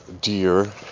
deer